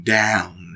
down